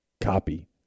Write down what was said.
copy